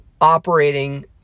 operating